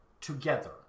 together